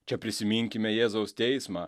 čia prisiminkime jėzaus teismą